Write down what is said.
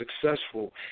successful